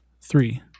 three